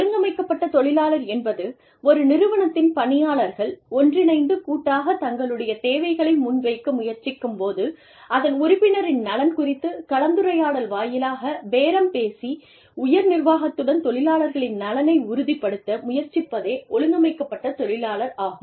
ஒழுங்கமைக்கப்பட்ட தொழிலாளர் என்பது ஒரு நிறுவனத்தின் பணியாளர்கள் ஒன்றிணைந்து கூட்டாக தங்களுடைய தேவைகளை முன் வைக்க முயற்சிக்கும் போது அதன் உறுப்பினரின் நலன் குறித்து கலந்துரையாடல் வாயிலாகப் பேரம் பேசி உயர் நிர்வாகத்துடன் தொழிலாளர்களின் நலனை உறுதிப்படுத்த முயற்சிப்பதே ஒழுங்கமைக்கப்பட்ட தொழிலாளர் ஆகும்